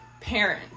parent